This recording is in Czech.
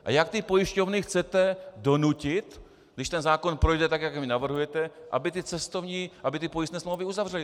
A jak ty pojišťovny chcete donutit, když ten zákon projde tak, jak vy navrhujete, aby ty pojistné smlouvy uzavřely?